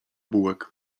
bułek